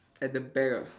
at the back ah